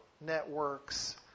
networks